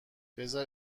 بزار